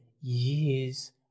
years